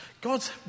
God's